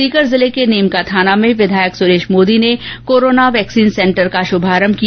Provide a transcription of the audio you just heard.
सीकर जिले के नीमकाथाना में विधायक सुरेश मोदी ने कोरोना वैक्सीन सेंटर का शुभारंभ किया